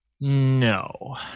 No